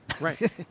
Right